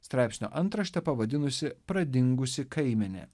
straipsnio antraštę pavadinusi pradingusi kaimenė